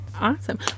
Awesome